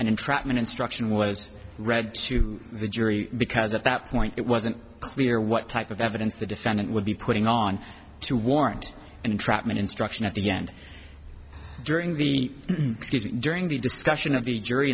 and entrapment instruction was read to the jury because at that point it wasn't clear what type of evidence the defendant would be putting on to warrant an entrapment instruction at the end during the during the discussion of the jury